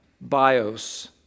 bios